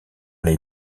les